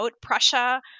Prussia